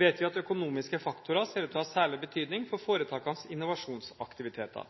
vet vi at økonomiske faktorer ser ut til å ha særlig betydning for foretakenes innovasjonsaktiviteter.